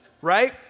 Right